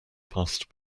passed